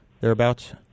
thereabouts